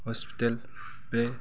hospital बे